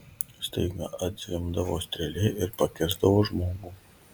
staiga atzvimbdavo strėlė ir pakirsdavo žmogų